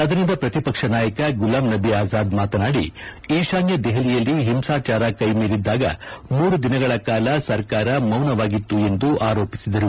ಸದನದ ಪ್ರತಿಪಕ್ಷ ನಾಯಕ ಗುಲಾಮ್ ನಬಿ ಆಜಾದ್ ಮಾತನಾದಿ ಈಶಾನ್ಯ ದೆಹಲಿಯಲ್ಲಿ ಹಿಂಸಾಚಾರ ಕ್ವೆಮೀರಿದ್ದಾಗ ಮೂರು ದಿನಗಳ ಕಾಲ ಸರ್ಕಾರ ಮೌನವಾಗಿತ್ತು ಎಂದು ಆರೋಪಿಸಿದರು